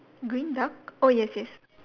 green duck oh yes yes